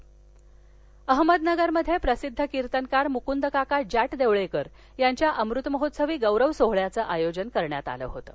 अहमदनगर अहमदनगर मध्ये प्रसिद्ध कीर्तनकार मुकुंद काका जाटदेवळेकर यांच्या अमृतमहोत्सवी गौरव सोहळ्याचं आयोजन करण्यात आलं होतं